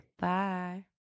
Bye